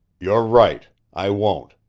you're right i won't.